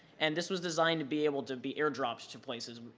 and this was designed to be able to be air-dropped to places,